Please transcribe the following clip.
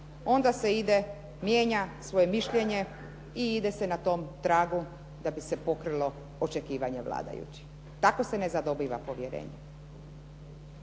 onda se ide, mijenja svoje mišljenje i ide se na tom tragu da bi se pokrilo očekivanje vladajućih. Tako se ne zadobiva povjerenje.